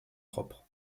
propres